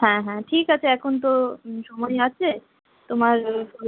হ্যাঁ হ্যাঁ ঠিক আছে এখন তো সময় আছে তোমার